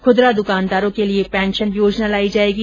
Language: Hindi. खुदरा दुकानदारों के लिये पेंशन योजना लाई जायेगी